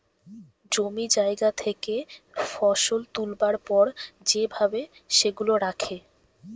জমি জায়গা থেকে ফসল তুলবার পর যে ভাবে সেগুলা রাখে